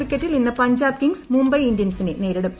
ക്രിക്കറ്റിൽ ഇന്ന് പഞ്ചാബ് കിംഗ്സ് മുംബൈ ഇന്ത്യൻസിനെ നേരിടും